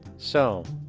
so.